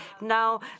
Now